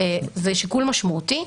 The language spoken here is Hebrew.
זה שיקול משמעותי.